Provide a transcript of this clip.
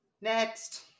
next